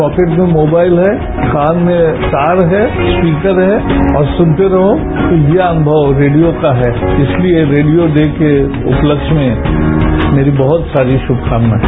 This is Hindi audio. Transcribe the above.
पॉकेट में मोबाइल है कान में तार है स्पीकर है और सुनते रहो तो र्य अनुमव रेडियो का है इसलिए रेडियो डे के उपलक्ष्य में मेरी बहत सारी शुमकामनाएं